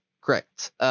Correct